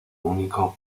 único